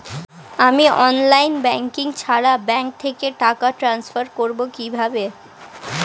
আমি online banking ছাড়া bank থেকে টাকা ট্রান্সফার করবো কিভাবে?